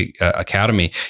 Academy